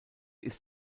ist